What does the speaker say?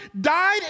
died